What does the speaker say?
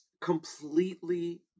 completely